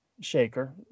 Shaker